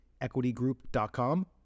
equitygroup.com